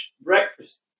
breakfast